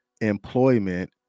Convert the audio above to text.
employment